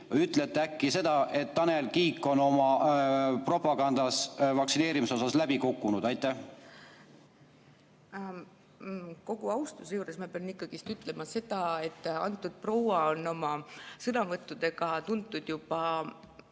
ütlete äkki seda, et Tanel Kiik on oma propagandaga vaktsineerimise osas läbi kukkunud. Kogu austuse juures pean ütlema seda, et antud proua on oma sõnavõttudega tuntud juba